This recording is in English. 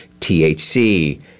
THC